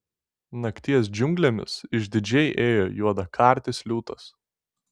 nakties džiunglėmis išdidžiai ėjo juodakartis liūtas